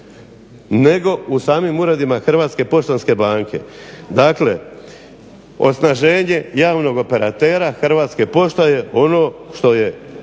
nego u samim uredima Hrvatske poštanske banke. Dakle osnaženje javnog operatera Hrvatske postaje ono što je